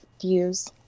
views